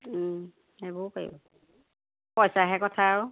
সেইবোৰও পাৰিব পইচাহে কথা আৰু